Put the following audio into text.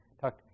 talk